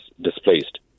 displaced